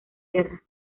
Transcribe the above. guerra